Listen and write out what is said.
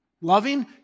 loving